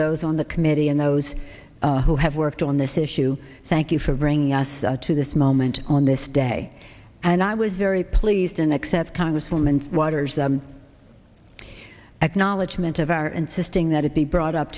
those on the committee and those who have worked on this issue thank you for bringing us to this moment on this day and i was very pleased and except congresswoman waters acknowledgement of our insisting that it be brought up